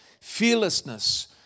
fearlessness